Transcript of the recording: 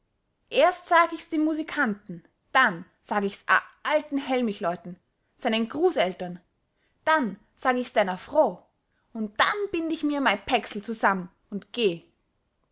erst sag ich's dem musikanten dann sag ich's a alten hellmichleuten seinen grußeltern dann sag ich's deiner froo und dann bind ich mir mei päcksel zusamm'n und geh